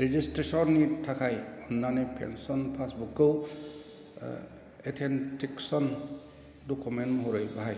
रेजिसट्रेसननि थाखाय अन्नानै पेन्सन पासबुकखौ अथेन्टिकेसन डकुमेन्ट महरै बाहाय